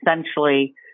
essentially